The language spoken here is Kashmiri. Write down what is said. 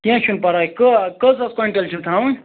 کیٚنٛہہ چھُنہٕ پَرواے کٔژ حظ کۄنٛٹل چھُو تھاوٕنۍ